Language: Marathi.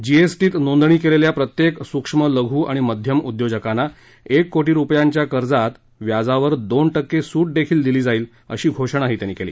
जीएसटीत नोंदणी केलेल्या प्रत्येक सुक्ष्म लघू आणि मध्यम उद्योजकांना एक कोटी रुपयांच्या कर्जात व्याजावर दोन टक्के सूट दिली जाईल अशी घोषणाही त्यांनी केली